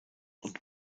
und